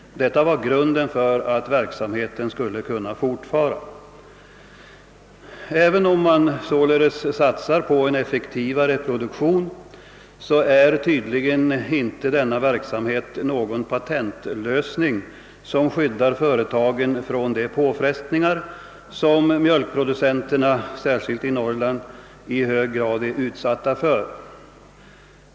Det var grunden för att verksamheten skulle kunna fortfara. Även om man således satsar på en effektivare produktion så är tydligen inte denna verksamhet någon patentlösning, som skyddar företagen för de påfrestningar som mjölkproducenterna särskilt i Norrland i hög grad är utsatta för.